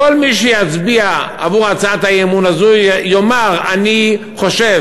כל מי שיצביע עבור הצעת האי-אמון הזאת יאמר: אני חושב